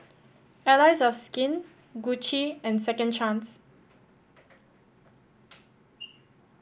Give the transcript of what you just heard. Allies of Skin Gucci and Second Chance